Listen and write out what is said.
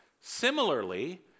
Similarly